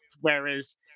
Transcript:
whereas